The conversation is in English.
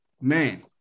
man